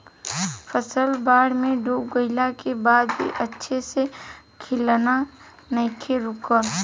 फसल बाढ़ में डूब गइला के बाद भी अच्छा से खिलना नइखे रुकल